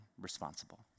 responsible